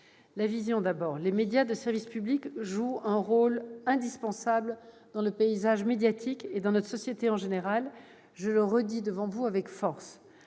Une vision, d'abord. Les médias de service public jouent un rôle indispensable dans le paysage médiatique et dans notre société en général. Je le redis devant vous avec force.